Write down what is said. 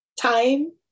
time